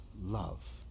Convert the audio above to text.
love